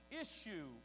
issue